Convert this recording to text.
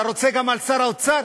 אתה רוצה גם על שר האוצר?